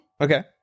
Okay